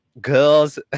girls